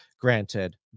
granted